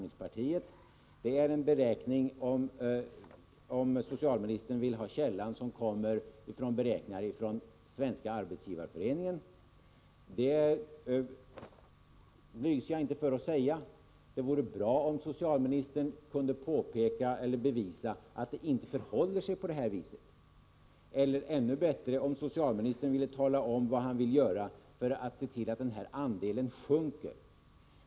Om socialministern vill veta vilken källan är, kan jag nämna att det är en beräkning som kommer från Svenska arbetsgivareföreningen. Jag blygs inte för att säga det! Det vore bra om socialministern kunde påvisa att det inte förhåller sig på det här viset, och det vore ännu bättre om han ville tala om vad han vill göra för att se till att andelen sjunker.